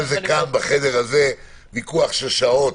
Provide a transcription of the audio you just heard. בחדר הזה היו על זה ויכוחים במשך שעות.